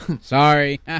Sorry